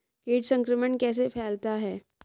कीट संक्रमण कैसे फैलता है?